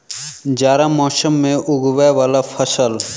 जाड़ा मौसम मे उगवय वला फसल?